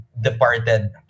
departed